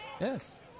Yes